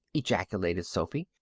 ejaculated sophy.